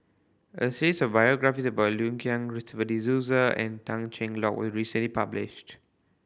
a series of biographies about Liu Kang Christopher De Souza and Tan Cheng Lock was recently published